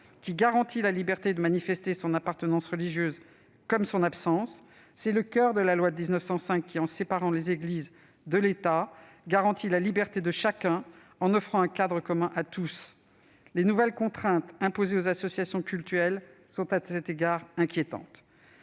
qui garantit la liberté de manifester son appartenance religieuse, comme son absence. C'est le coeur de la loi de 1905 : par la séparation des Églises et de l'État, celle-ci garantit la liberté de chacun, en offrant un cadre commun à tous. Les nouvelles contraintes imposées aux associations cultuelles sont, à cet égard, inquiétantes.